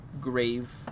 grave